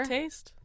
Taste